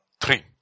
three